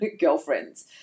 girlfriends